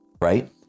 right